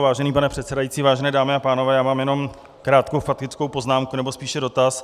Vážený pane předsedající, vážené dámy a pánové, mám jenom krátkou faktickou poznámku, nebo spíše dotaz.